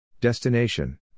Destination